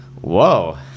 whoa